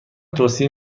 توصیه